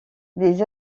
des